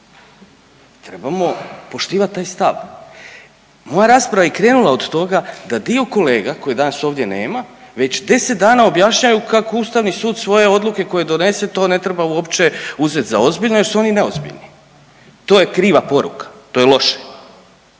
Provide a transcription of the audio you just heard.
Trebamo poštivati taj stav. Moja rasprava je krenula od toga da dio kolega kojih danas ovdje nema već 10 dana objašnjavaju kako Ustavni sud svoje odluke koje donese to ne treba uopće uzeti za ozbiljno jer su oni neozbiljni. To je kriva poruka, to je loše.